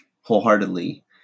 wholeheartedly